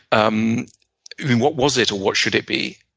um you mean what was it, or what should it be?